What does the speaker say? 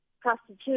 Prostitution